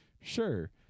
Sure